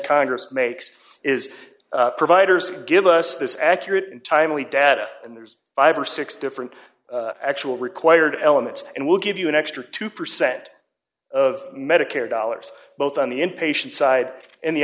congress makes is providers give us this accurate and timely data and there's five or six different actual required elements and we'll give you an extra two percent of medicare dollars both on the inpatient side an